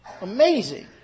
amazing